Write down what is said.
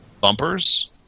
bumpers